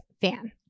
fan